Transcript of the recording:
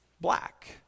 black